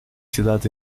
cidades